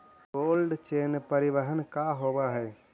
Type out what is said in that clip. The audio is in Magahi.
कोल्ड चेन परिवहन का होव हइ?